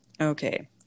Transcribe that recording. Okay